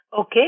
Okay